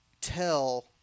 tell